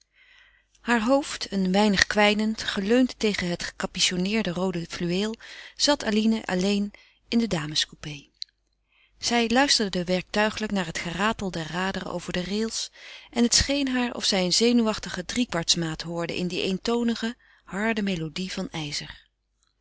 haar hoofd een weinig kwijnend geleund tegen het gecapitonneerde roode fluweel zat eline alleen in den dames coupé zij luisterde werktuigelijk naar het geratel der raderen over de rails en het scheen haar of zij eene zenuwachtigen driekwartsmaat hoorde in die eentonige harde melodie van ijzer